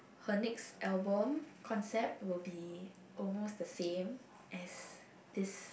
her next album concept will be almost the same as this